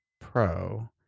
Pro